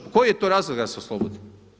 Pa koji je to razlog da se oslobodi?